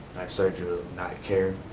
started to not care